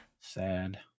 Sad